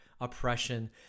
oppression